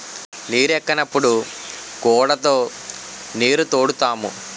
నీరెక్కనప్పుడు గూడతో నీరుతోడుతాము